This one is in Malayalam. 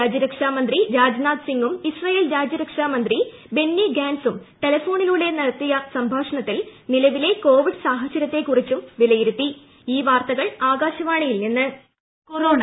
രാജ്യരക്ഷാ മന്ത്രി രാജ്നാഥ് സിങ്ങും ഇസ്രയേൽ രാജ്യരക്ഷാ മന്ത്രി ബെന്നി ഗാന്റ്സും ടെലിഫോണിലൂടെ നടത്തിയ സംഭാഷണത്തിൽ നിലവിലെ കോവിഡ് സാഹചര്യത്തിക്കുറിച്ചും വിലയിരുത്തൽ നടന്നു